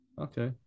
Okay